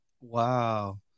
Wow